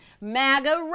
MAGA